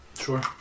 Sure